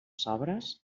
sobres